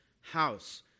house